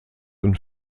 und